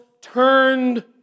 turned